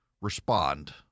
respond